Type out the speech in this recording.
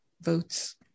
votes